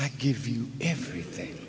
i give you everything